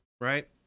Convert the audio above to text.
right